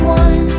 one